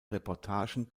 reportagen